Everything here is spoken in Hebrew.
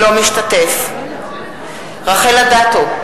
אינו משתתף בהצבעה רחל אדטו,